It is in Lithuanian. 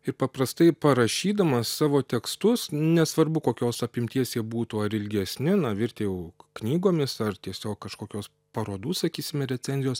ir paprastai parašydamas savo tekstus nesvarbu kokios apimties jie būtų ar ilgesni na virtę jau knygomis ar tiesiog kažkokios parodų sakysime recenzijos